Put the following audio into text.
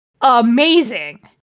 amazing